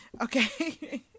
Okay